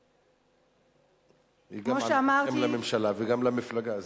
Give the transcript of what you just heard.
היא גם מהממשלה וגם מהמפלגה.